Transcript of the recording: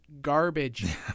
garbage